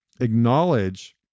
acknowledge